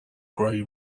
grey